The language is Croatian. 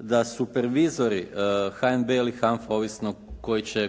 da supervizori HNB ili HANFA, ovisno